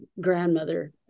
grandmother